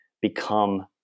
become